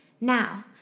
Now